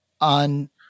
on